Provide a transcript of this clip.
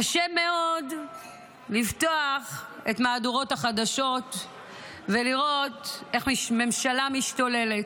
קשה מאוד לפתוח את מהדורות החדשות ולראות איך ממשלה משתוללת,